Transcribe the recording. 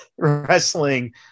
Wrestling